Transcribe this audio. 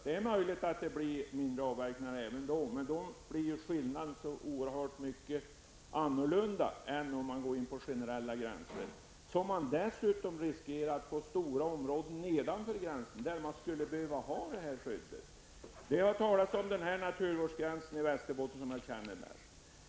Det är möjligt att avverkningarna blir mindre om man går in för generella gränser, men resultatet blir då mycket annorlunda. Dessutom riskeras att stora områden nedanför gränsen avverkas, där man skulle behöva ha detta skydd. Det har talats om naturvårdsgränsen i Västerbotten, som är det län som jag bäst känner till.